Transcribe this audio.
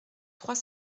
trois